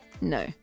no